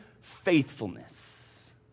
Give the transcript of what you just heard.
faithfulness